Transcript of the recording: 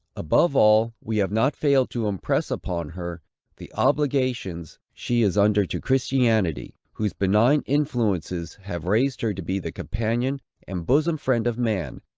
above all, we have not failed to impress upon her the obligations she is under to christianity, whose benign influences have raised her to be the companion and bosom-friend of man,